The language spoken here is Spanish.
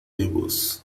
vivos